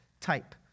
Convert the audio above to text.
type